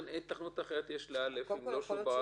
היתכנות אחרת יש ל-(א) אם לא שהוא ברח לחו"ל?